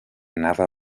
anava